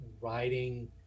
writing